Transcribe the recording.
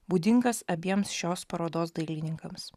būdingas abiems šios parodos dailininkams